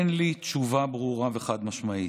אין לי תשובה ברורה וחד-משמעית.